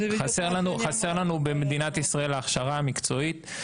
חסר לנו במדינת ישראל ההכשרה המקצועית.